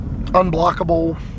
unblockable